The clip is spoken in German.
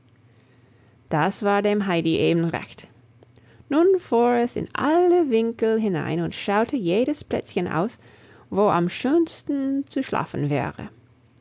das war dem heidi eben recht nun fuhr es in alle winkel hinein und schaute jedes plätzchen aus wo am schönsten zu schlafen wäre